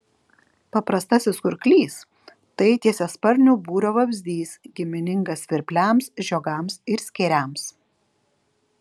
paprastasis kurklys tai tiesiasparnių būrio vabzdys giminingas svirpliams žiogams ir skėriams